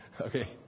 Okay